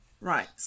Right